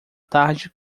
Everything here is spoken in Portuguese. tarde